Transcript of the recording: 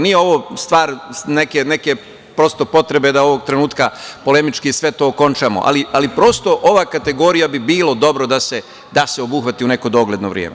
Nije ovo stvar prosto neke potrebe da ovog trenutka polemički sve to okončamo, ali prosto ova kategorija bi bilo dobro da se obuhvati u neko dogledno vreme.